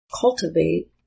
cultivate